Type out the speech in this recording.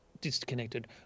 disconnected